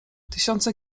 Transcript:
tysiące